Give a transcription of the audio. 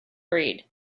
breed